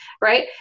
right